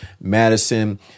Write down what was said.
Madison